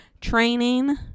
training